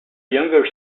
younger